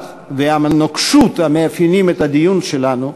ומהנוקשות המאפיינים את הדיון שלנו,